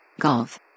Golf